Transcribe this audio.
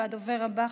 והדובר הבא,